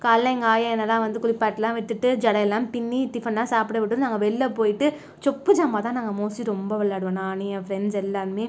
காலையில் எங்கள் ஆயா என்னெல்லாம் வந்து குளிப்பாட்டிலாம் விட்டுகிட்டு ஜடையெல்லாம் பின்னி டிஃபனெலாம் சாப்பிட விட்டு நாங்கள் வெளிள போயிட்டு சொப்பு ஜாமா தான் நாங்கள் மோஸ்ட்லி ரொம்ப விளாடுவோம் நானு என் ஃப்ரெண்ட்ஸ் எல்லோருமே